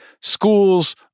schools